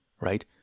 right